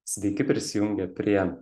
sveiki prisijungę prie